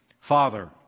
Father